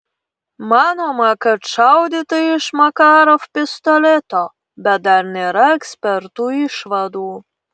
manoma kad šaudyta iš makarov pistoleto bet dar nėra ekspertų išvadų